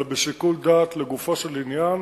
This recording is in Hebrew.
אלא בשיקול דעת לגופו של עניין,